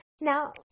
Now